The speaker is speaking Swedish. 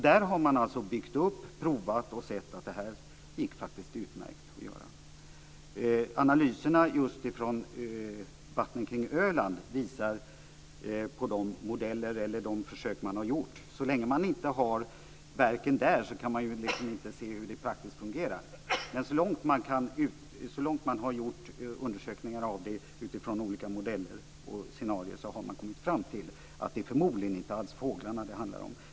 Där har man byggt upp, provat och sett att det här faktiskt gick utmärkt att göra. Det har gjorts analyser just från vattnen kring Öland med olika modeller och försök. Så länge man inte har verken där kan man inte se hur det praktiskt fungerar. Men så långt man har undersökt utifrån olika modeller och scenarier har man kommit fram till att det förmodligen inte alls är fåglarna det handlar om.